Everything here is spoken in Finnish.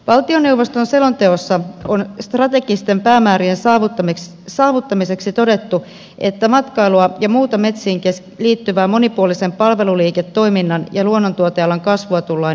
valtioneuvoston selonteossa on strategisten päämäärien saavuttamiseksi todettu että matkailua ja muuta metsiin liittyvää monipuolisen palveluliiketoiminnan ja luonnontuotealan kasvua tullaan edistämään